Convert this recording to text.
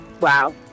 Wow